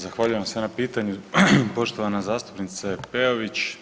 Zahvaljujem se na pitanju poštovana zastupnice Peović.